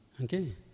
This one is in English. Okay